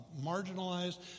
marginalized